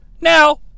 now